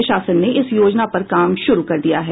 प्रशासन ने इस योजना पर काम शुरू कर दिया है